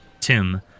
Tim